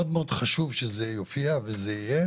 מאוד מאוד חשוב שזה יופיע וזה יהיה